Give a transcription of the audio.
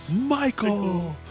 Michael